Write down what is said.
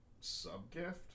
sub-gift